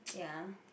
ya